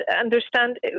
understand